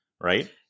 right